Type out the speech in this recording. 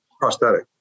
prosthetic